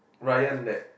Ryan that